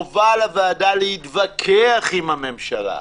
חובה על הוועדה להתווכח עם הממשלה.